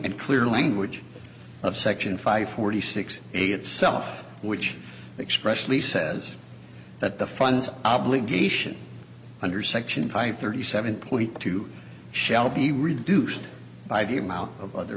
and clear language of section five forty six a itself which expression he says that the funds obligation under section five thirty seven point two shall be reduced by the amount of other